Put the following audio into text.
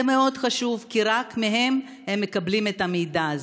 זה מאוד חשוב, כי רק מהם הם מקבלים את המידע הזה,